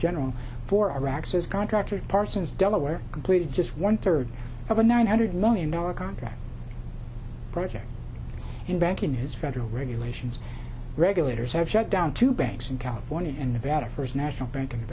general for iraq says contractor parsons delaware complete just one third of a nine hundred million dollar contract project and back in his federal regulations regulators have shut down two banks in california and nevada first national bank